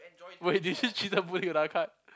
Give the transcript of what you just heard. wait did you put another card